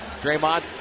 Draymond